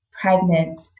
pregnant